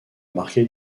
marquer